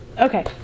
Okay